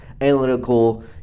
analytical